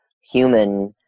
human